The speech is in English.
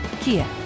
Kia